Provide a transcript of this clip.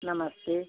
नमस्ते